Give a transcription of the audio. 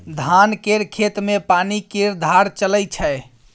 धान केर खेत मे पानि केर धार चलइ छै